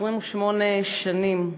28 שנים.